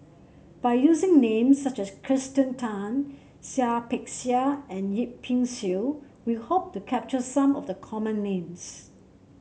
by using names such as Kirsten Tan Seah Peck Seah and Yip Pin Xiu we hope to capture some of the common names